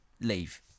leave